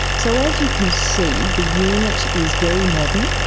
so as you can see, the unit is very modern.